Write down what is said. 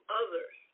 others